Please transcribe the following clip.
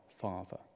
Father